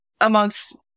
amongst